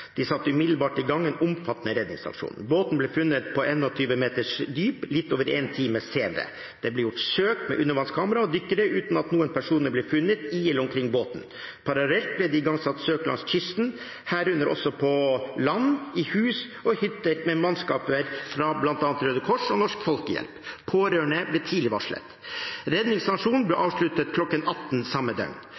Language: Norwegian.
De satte umiddelbart i gang en omfattende redningsaksjon. Båten ble funnet på 21 meters dyp litt over en time senere. Det ble gjort søk med undervannskamera og dykkere, uten at noen personer ble funnet i eller omkring båten. Parallelt ble det igangsatt søk langs kysten, herunder også på land, i hus og hytter, med mannskaper fra bl.a. Røde Kors og Norsk Folkehjelp. Pårørende ble tidlig varslet. Redningsaksjonen ble avsluttet kl. 18.00 samme